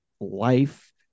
Life